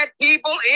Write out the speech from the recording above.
people